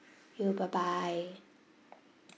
you bye bye